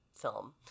film